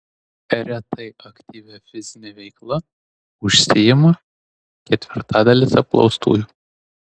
retai aktyvia fizine veikla užsiima ketvirtadalis apklaustųjų